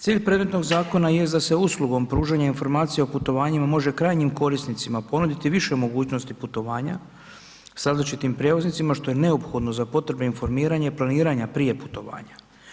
Cilj predmetnog zakona jest da se uslugom pružanja informacija o putovanjima može krajnjim korisnicima ponuditi više mogućnosti putovanja s različitim prijevoznicima, što je neophodno za potrebe informiranja i planiranja prije putovanja.